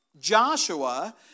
Joshua